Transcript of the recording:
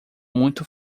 muito